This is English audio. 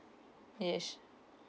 yes